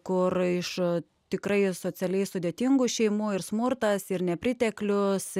kur iš tikrai socialiai sudėtingų šeimų ir smurtas ir nepriteklius